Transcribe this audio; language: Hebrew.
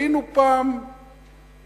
היינו פעם עבדים,